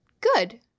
good